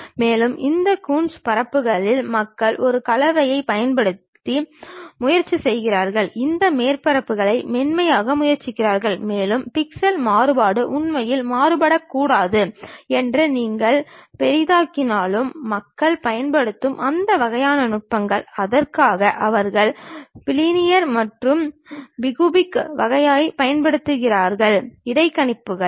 மேலும் இந்த கூன்ஸ் பரப்புகளில் மக்கள் ஒரு கலவையைப் பயன்படுத்த முயற்சி செய்கிறார்கள் இந்த மேற்பரப்புகளை மென்மையாக்க முயற்சிக்கிறார்கள் மேலும் பிக்சல் மாறுபாடு உண்மையில் மாறுபடக்கூடாது என்று நீங்கள் பெரிதாக்கினாலும் மக்கள் பயன்படுத்தும் அந்த வகையான நுட்பங்கள் அதற்காக அவர்கள் பிலினியர் மற்றும் பிகுபிக் வகைகளைப் பயன்படுத்துகிறார்கள் இடைக்கணிப்புகளின்